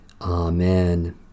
Amen